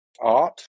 art